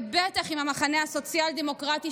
ובטח עם המחנה הסוציאל דמוקרטי,